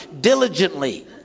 diligently